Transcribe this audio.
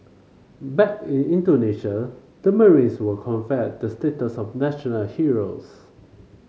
back in Indonesia the marines were conferred the status of national heroes